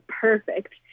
perfect